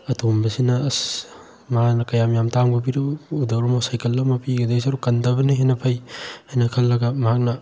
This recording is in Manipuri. ꯑꯇꯣꯝꯕꯁꯤꯅ ꯑꯁ ꯃꯥꯅ ꯀꯌꯥꯝ ꯌꯥꯝ ꯇꯥꯡꯕ ꯄꯤꯔꯨꯒꯗꯣꯔꯣꯃꯣ ꯁꯥꯏꯀꯜ ꯑꯃ ꯄꯤꯒꯗꯣꯏ ꯁꯔꯨꯛ ꯀꯟꯗꯕꯅ ꯍꯦꯟꯅ ꯐꯩ ꯍꯥꯏꯅ ꯈꯜꯂꯒ ꯃꯍꯥꯛꯅ